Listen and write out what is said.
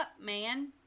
man